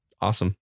awesome